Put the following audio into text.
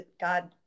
god